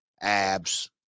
abs